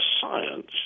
science